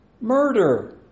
Murder